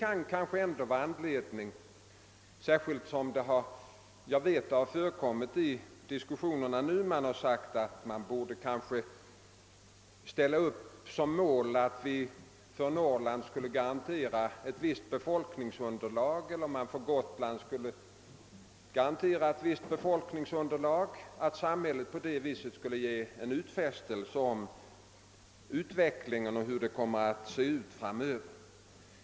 För Norrland borde man kanske, har det sagts, som mål ställa upp en garanti för ett visst befolkningsunderlag liksom man för Gotland skulle garantera samma sak. Samhället skulle på detta sätt kunna ge en utfästelse om utvecklingen och garantera hur det kommer att se ut framöver.